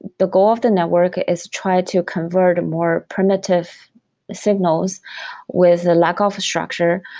the goal of the network is try to convert more primitive signals with a lack of structure,